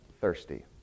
Thirsty